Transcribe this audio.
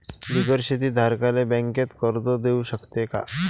बिगर शेती धारकाले बँक कर्ज देऊ शकते का?